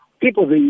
People